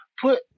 put